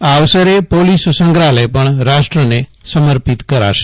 આ અવસરે પોલીસ સંગ્રહાલય પણ રાષ્ટ્રને સમર્પિત કરાશે